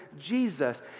Jesus